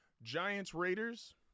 Giants-Raiders